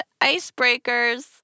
icebreakers